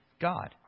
God